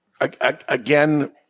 Again